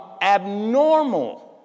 abnormal